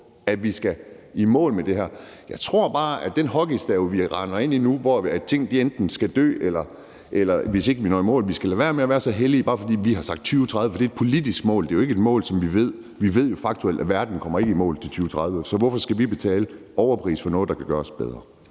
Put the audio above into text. at vi skal i mål med det her. Jeg tror bare, at når vi taler om den hockeystav, vi render ind i nu, som betyder, at ting skal dø, hvis ikke vi når i mål, så skal vi lade være med at være så hellige, bare fordi vi har sagt 2030. For det er et politisk mål. Det er jo ikke et mål, som vi ved holder. Vi ved faktuelt, at verden ikke kommer i mål i 2030. Så hvorfor skal vi betale overpris for noget, der kan gøres bedre?